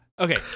Okay